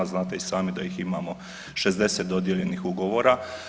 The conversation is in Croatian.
Znate i sami da ih imao 60 dodijeljenih ugovora.